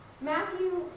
Matthew